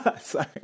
sorry